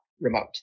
remote